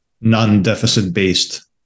non-deficit-based